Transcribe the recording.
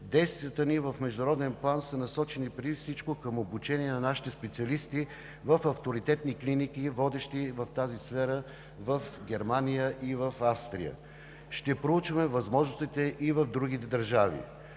действията ни са насочени преди всичко към обучение на нашите специалисти в авторитетни клиники, водещи в тази сфера, в Германия и в Австрия. Ще проучваме възможностите и в другите държави.